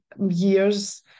years